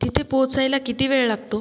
तिथे पोहोचायला किती वेळ लागतो